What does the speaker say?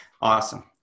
awesome